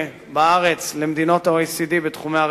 בארץ למדינות ה-OECD בתחומי הרווחה.